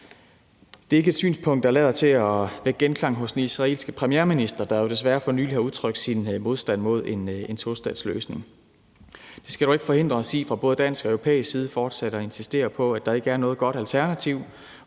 Det er ikke et synspunkt, der lader til at vække genklang hos den israelske premierminister, der jo desværre for nylig har udtrykt sin modstand mod en tostatsløsning. Det skal dog ikke forhindre os i fra både dansk og europæisk side fortsat at insistere på, at der ikke er noget godt alternativ,